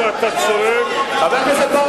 חבר הכנסת.